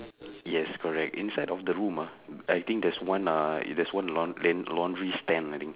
yes correct inside of the room ah I think there's one uh there's one laun~ laun~ laundry stand I think